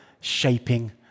shaping